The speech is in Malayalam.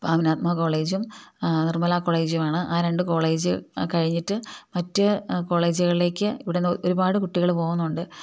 പാവനാത്മ കോളേജും നിർമ്മല കോളേജുമാണ് ആ രണ്ട് കോളേജ് കഴിഞ്ഞിട്ട് മറ്റ് കോളേജുകളിലേക്ക് ഇവിടെ നിന്ന് ഒരുപാട് കുട്ടികള് പോകുന്നുണ്ട്